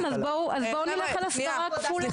טיפול, כלבנות טיפולית